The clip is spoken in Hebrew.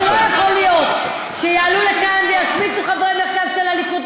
לא יכול להיות שיעלו לכאן וישמיצו חברי מרכז הליכוד.